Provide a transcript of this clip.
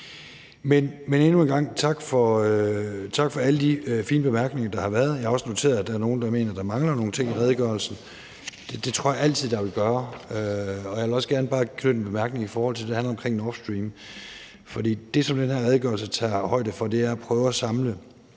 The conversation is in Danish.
Men endnu en gang tak for alle de fine bemærkninger, der har været. Jeg har også noteret, at der er nogen, der mener, at der mangler nogle ting i redegørelsen. Det tror jeg altid der vil gøre. Jeg vil også gerne knytte en bemærkning til det, der handler om Nord Stream, for det, som den her redegørelse gør, er at prøve at samle